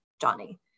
Johnny